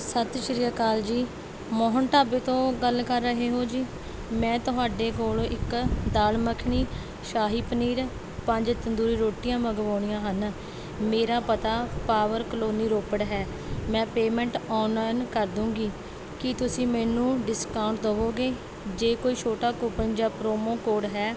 ਸਤਿ ਸ਼੍ਰੀ ਅਕਾਲ ਜੀ ਮੋਹਨ ਢਾਬੇ ਤੋਂ ਗੱਲ ਕਰ ਰਹੇ ਹੋ ਜੀ ਮੈਂ ਤੁਹਾਡੇ ਕੋਲ ਇੱਕ ਦਾਲ ਮੱਖਣੀ ਸ਼ਾਹੀ ਪਨੀਰ ਪੰਜ ਤੰਦੂਰੀ ਰੋਟੀਆਂ ਮੰਗਵਾਉਣੀਆਂ ਹਨ ਮੇਰਾ ਪਤਾ ਪਾਵਰ ਕਲੋਨੀ ਰੋਪੜ ਹੈ ਮੈਂ ਪੇਮੈਂਂਟ ਔਨਲਾਈਨ ਕਰਦੂੰਗੀ ਕੀ ਤੁਸੀਂ ਮੈਨੂੰ ਡਿਸਕਾਊਂਟ ਦੇਵੋਗੇ ਜੇ ਕੋਈ ਛੋਟਾ ਕੂਪਨ ਜਾਂ ਪ੍ਰੋਮੋ ਕੋਡ ਹੈ